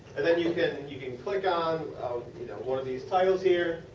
and then you then you can click on one of these titles here.